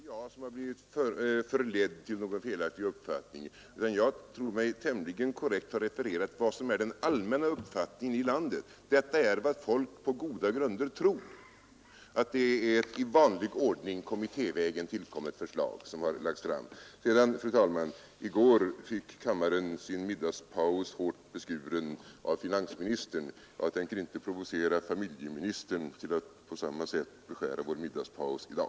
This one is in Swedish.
Fru talman! Det är inte jag som har blivit förledd till någon felaktig uppfattning, utan jag tror mig tämligen korrekt ha refererat vad som är den allmänna uppfattningen i landet. Detta är vad folk på goda grunder tror — att det är ett i vanlig ordning kommittévägen tillkommet förslag som har lagts fram. Fru talman! I går fick kammaren sin middagspaus hårt beskuren av finansministern. Jag tänker inte provocera familjeministern till att på samma sätt beskära vår middagspaus i dag.